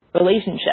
relationship